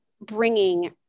bringing